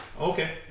Okay